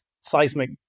seismic